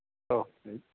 ഓ